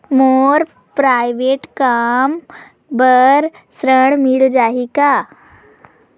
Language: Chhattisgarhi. मोर प्राइवेट कम बर ऋण मिल जाही का?